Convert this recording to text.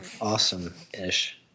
Awesome-ish